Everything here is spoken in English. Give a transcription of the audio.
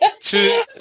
Two